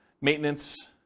Maintenance